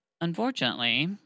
unfortunately